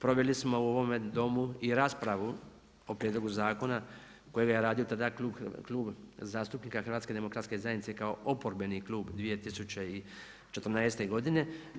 Proveli smo u ovome Domu i raspravu o Prijedlogu zakona kojega je radio tada Klub zastupnika Hrvatske demokratske zajednice kao oporbeni klub 2014. godine.